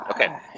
Okay